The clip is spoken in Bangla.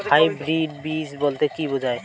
হাইব্রিড বীজ বলতে কী বোঝায়?